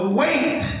wait